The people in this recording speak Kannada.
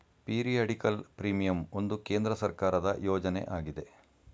ಪೀರಿಯಡಿಕಲ್ ಪ್ರೀಮಿಯಂ ಒಂದು ಕೇಂದ್ರ ಸರ್ಕಾರದ ಯೋಜನೆ ಆಗಿದೆ